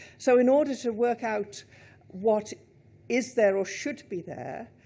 so, in order to workout what is there, or should be there,